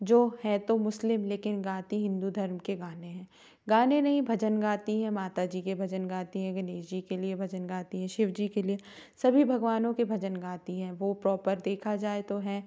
जो है तो मुस्लिम लेकिन गाती हिन्दू धर्म के गाने हैं गाने नहीं भजन गाती हैं माता जी के भजन गाती हैं गनेश जी के लिए भजन गाती हैं शिव जी के लिए सभी भगवानों के भजन गाती हैं वो प्रोपर देखा जाए तो हैं